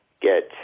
get